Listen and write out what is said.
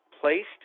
placed